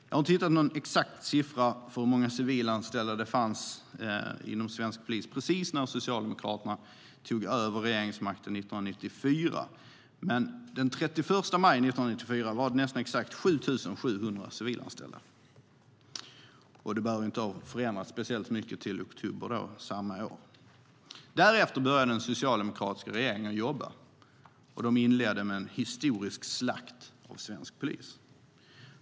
Jag har inte hittat någon exakt siffra för hur många civilanställda det fanns inom svensk polis precis när Socialdemokraterna tog över regeringsmakten 1994. Men den 31 maj 1994 var det nästan exakt 7 700 civilanställda, och det bör inte ha förändrats speciellt mycket till oktober samma år. Därefter började den socialdemokratiska regeringen jobba. De inledde med en historisk slakt av svensk polis.